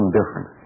different